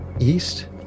East